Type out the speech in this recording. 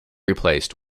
replaced